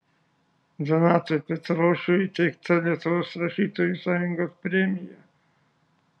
donatui petrošiui įteikta lietuvos rašytojų sąjungos premija